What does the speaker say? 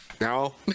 No